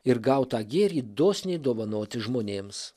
ir gautą gėrį dosniai dovanoti žmonėms